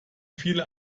viele